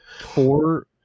Four